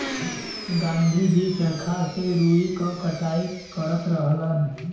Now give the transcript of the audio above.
गाँधी जी चरखा से रुई क कटाई करत रहलन